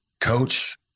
coach